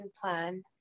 plan